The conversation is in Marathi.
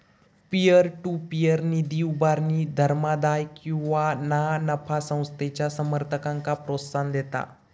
पीअर टू पीअर निधी उभारणी धर्मादाय किंवा ना नफा संस्थेच्या समर्थकांक प्रोत्साहन देता